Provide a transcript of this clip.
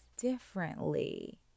Differently